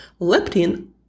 leptin